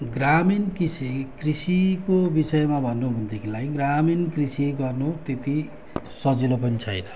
ग्रामीण कृषि कृषिको विषयमा भन्नु हो भनेदेखिलाई ग्रामीण कृषि गर्नु त्यति सजिलो पनि छैन